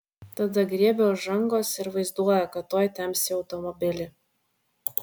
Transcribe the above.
tada griebia už rankos ir vaizduoja kad tuoj temps į automobilį